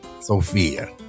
Sophia